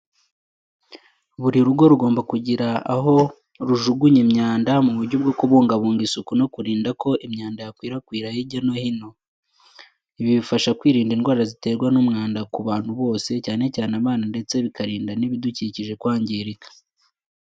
Buri rugo rugomba kugira aho kujugunya imyanda mu buryo bwo kubungabunga isuku no kurinda ko imyanda yakwirakwira hirya no hino. Ibi bifasha kwirinda indwara ziterwa n'umwanda ku bantu bose, cyane cyane abana ndetse bikarinda n'ibidukikije kwangirika.